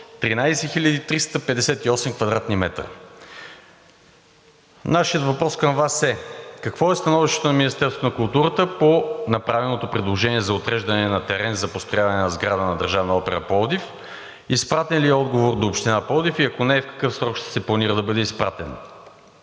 13 358 кв. м. Нашият въпрос към Вас е: какво е становището на Министерството на културата по направеното предложение за отреждане на терен за построяване на сграда на Държавна опера – Пловдив? Изпратен ли е отговор до Община Пловдив и ако не е, в какъв срок ще се планира да бъде изпратен?